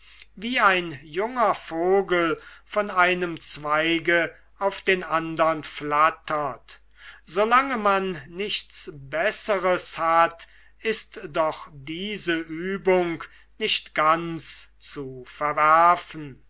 wie ein junger vogel von einem zweige auf den andern flattert solange man nichts besseres hat ist doch diese übung nicht ganz zu verwerfen